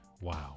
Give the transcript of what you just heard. Wow